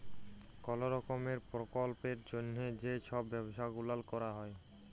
call রকমের পরকল্পের জ্যনহে যে ছব ব্যবছা গুলাল ক্যরা হ্যয়